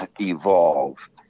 evolve